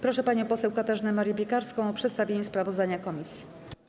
Proszę panią poseł Katarzynę Marię Piekarską o przedstawienie sprawozdania komisji.